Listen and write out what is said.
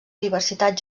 diversitat